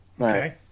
Okay